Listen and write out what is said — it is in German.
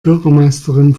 bürgermeisterin